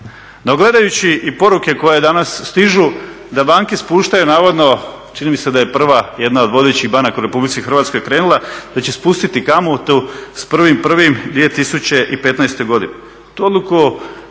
No gledajući i poruke koje danas stižu da banke spuštaju navodno, čini mi se da je prva jedna od vodećih banaka u RH krenula, da će spustiti kamatu s 1.1.2015.godine.